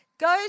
goes